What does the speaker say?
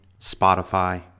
Spotify